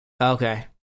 Okay